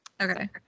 Okay